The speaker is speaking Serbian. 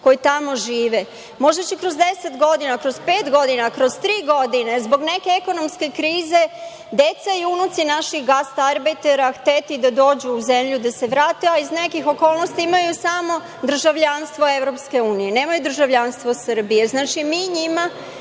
koji tamo žive? Možda će kroz 10 godina, kroz pet godina, kroz tri godine, zbog neke ekonomske krize deca i unuci naših gastarbajtera hteti da dođu u zemlju, da se vrate, a iz nekih okolnosti imaju samo državljanstvo EU, nemaju državljanstvo Srbije. Znači, mi njima